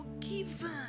forgiven